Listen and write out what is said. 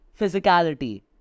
physicality